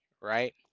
right